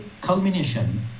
culmination